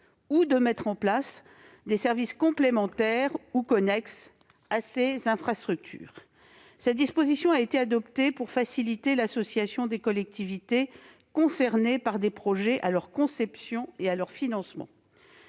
ou de mettre en place des services complémentaires ou connexes à celles-ci. Cette disposition a été adoptée pour faciliter l'association des collectivités concernées par les projets à leur conception et à leur financement.